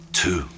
two